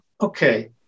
Okay